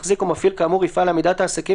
מחזיק או מפעיל כאמור יפעל לעמידת העסקים